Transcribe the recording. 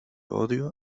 odio